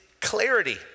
clarity